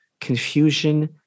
confusion